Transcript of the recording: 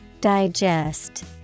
Digest